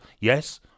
yes